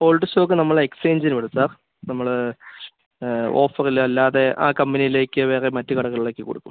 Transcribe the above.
old stock നമ്മൾ എക്സ്ചേഞ്ചിന് കൊടുത്താൽ നമ്മൾ ഓഫറിലല്ലാതെ ആ കമ്പനീലേക്ക് വേറെ മറ്റ് കടകളിലേക്ക് കൊടുക്കും